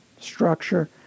structure